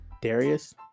Darius